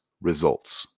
Results